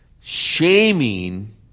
Shaming